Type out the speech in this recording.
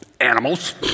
animals